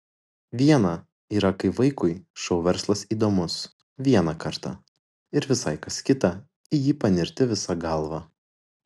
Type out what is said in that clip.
viena yra kai vaikui šou verslas įdomus vieną kartą ir visai kas kita į jį panirti visa galva